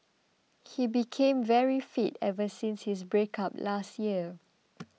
he became very fit ever since his breakup last year